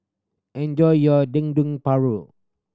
enjoy your Dendeng Paru